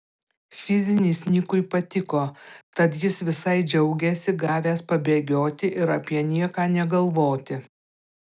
fizinis nikui patiko tad jis visai džiaugėsi gavęs pabėgioti ir apie nieką negalvoti